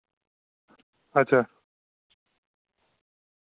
अच्छा